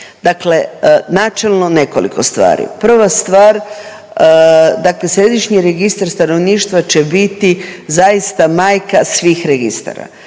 Dakle, načelno nekoliko stvari. Prva stvar, dakle središnji registar stanovništva će biti zaista majka svih registara.